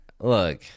Look